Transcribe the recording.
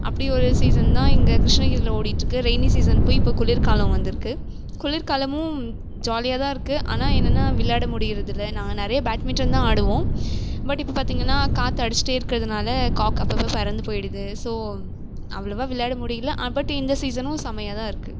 அப்படி ஒரு சீசன் தான் இங்கே கிருஷ்ணகிரியில் ஓடிகிட்டு இருக்கு ரெயினி சீசன் போய் இப்போ குளிர்காலம் வந்திருக்கு குளிர்காலமும் ஜாலியாகதான் இருக்கு ஆனால் என்னனா விளாட முடியிறதில்ல நா நெறைய பேட்மிட்டன் தான் ஆடுவோம் பட் இப்போ பார்த்திங்கனா காற்று அடிச்சுட்டே இருக்கிறதினால கார்க் அப்பப்போ பறந்து போய்டுது ஸோ அவ்வளவா விளாட முடியல பட் இந்த சீசனும் செம்மையாகதான் இருக்கு